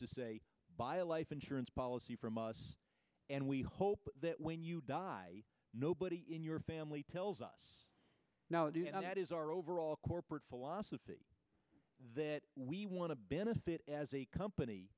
a life insurance policy from us and we hope that when you die nobody in your family tells us that is our overall corporate philosophy that we want to benefit as a company